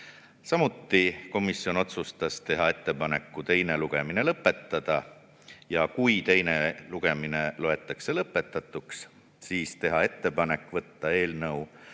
Samuti otsustas komisjon teha ettepaneku teine lugemine lõpetada ja kui teine lugemine loetakse lõpetatuks, teha ettepanek võtta eelnõu